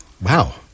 Wow